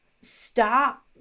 stop